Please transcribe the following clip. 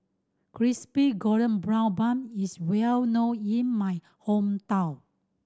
Crispy Golden Brown Bun is well known in my hometown